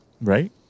Right